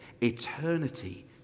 Eternity